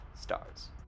stars